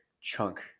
chunk